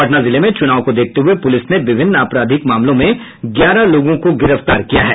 पटना जिले में चुनाव को देखते हुए पुलिस ने विभिन्न आपराधिक मामलों में ग्यारह लोगों को गिरफ्तार किया है